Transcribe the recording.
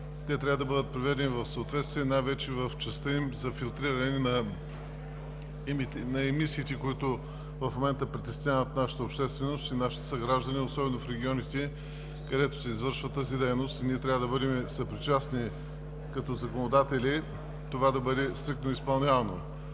те трябва да бъдат приведени в съответствие най-вече в частта им за филтриране на емисиите, което в момента притеснява нашата общественост, нашите съграждани особено в регионите, където се извършва тази дейност, и ние като законодатели трябва да бъдем съпричастни това да бъде стриктно изпълнявано.